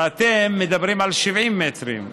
ואתם מדברים על 70 מטרים.